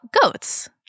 goats